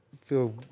feel